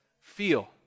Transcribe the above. feel